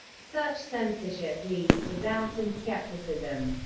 such censorship leads to doubt and skepticism.